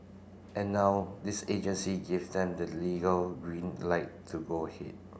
and now this agency give them the legal green light to go ahead